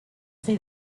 see